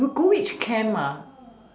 you go which camp ah